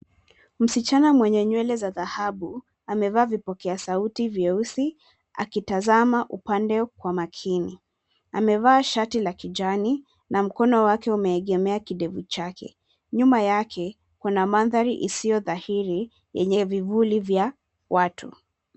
Msichana mwenye nywele za thahabu amevaa vipokea sauti vyeusi akitazama upande kwa makini. Amevaa shati la kijani na mkono wake umeegemea kidevu chake. Nyuma yake kuna mandhari isiyo thahiri yenye vivuli vya watu.